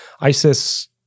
ISIS